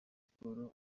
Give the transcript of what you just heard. siporo